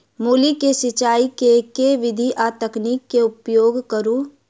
मूली केँ सिचाई केँ के विधि आ तकनीक केँ उपयोग करू?